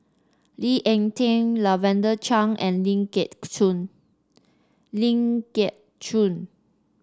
Lee Ek Tieng Lavender Chang and Ling Geok Choon